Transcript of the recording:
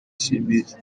simbizi